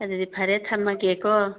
ꯑꯗꯨꯗꯤ ꯐꯔꯦ ꯊꯝꯃꯒꯦꯀꯣ